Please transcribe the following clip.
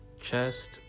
Chest